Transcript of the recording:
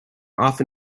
off